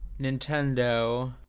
Nintendo